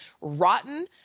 rotten